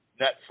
Netflix